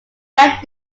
red